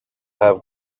have